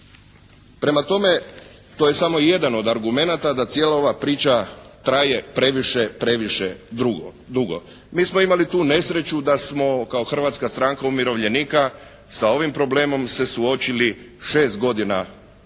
Prema tome to je samo jedan od argumenata da cijela ova priča traje previše, previše dugo. Mi smo imali tu nesreću da smo kao Hrvatska stranka umirovljenika sa ovim problemom se suočili 6 godina,